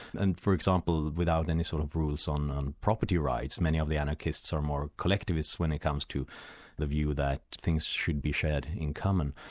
and for example, without any sort of rules on on property rights. many of the anarchists are more collectivists when it comes to the view that things should be shared in common,